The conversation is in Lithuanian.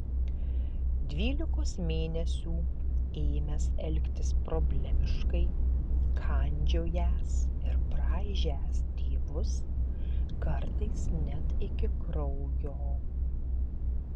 dvylikos mėnesių ėmęs elgtis problemiškai kandžiojęs ir braižęs tėvus kartais net iki kraujo